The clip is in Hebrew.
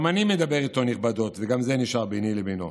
גם אני מדבר איתו נכבדות, וגם זה נשאר ביני לבינו.